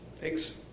Thanks